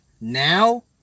now